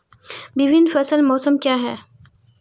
विभिन्न फसल मौसम क्या हैं?